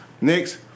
Next